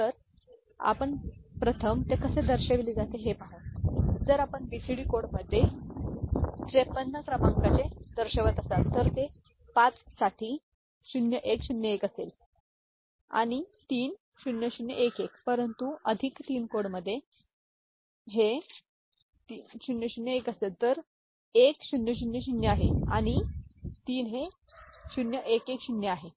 तर प्रथम आपण ते कसे दर्शविले जाते ते पाहतो तर जर आपण बीसीडी कोडमध्ये 5 3 क्रमांकाचे दर्शवत असाल तर ते 5 साठी 0101 असेल आणि 3 0011 परंतु अधिक 3 कोडमध्ये हे 3 0011 असेल तर हे 1000 आहे आणि हे 0110 आहे